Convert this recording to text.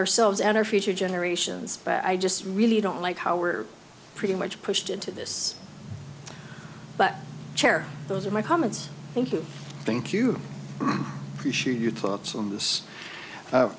ourselves and our future generations but i just really don't like how we're pretty much pushed into this but chair those are my comments thank you thank you shoot your thoughts on this